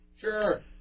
Sure